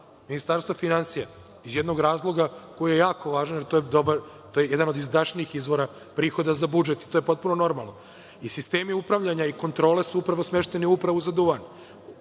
Ministarstva finansija, iz jednog razloga koji je jako važan, jer to je jedan od izdašnijih izvora prihoda za budžet, i to je potpuno normalno. Sistemi upravljanja i kontrole su upravo smešteni u Upravu za